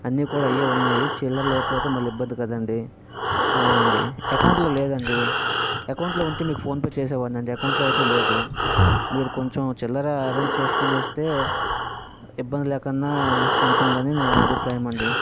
అన్నీ కూడా అవ్వే ఉన్నాయి చిల్లర లేకపోతే మళ్ళీ ఇబ్బంది కదా అండి అవును అండి ఎకౌంట్లో లేదు అండి అకౌంట్లో ఉంటే మీకు ఫోన్పే చేసే వాడిని అండి అకౌంట్లో అయితే లేదు మీరు కొంచెం చిల్లర అరేంజ్ చేసుకోని వస్తే ఇబ్బంది లేకుండా ఉంటుంది అని నా అభిప్రాయము అండి